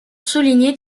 souligner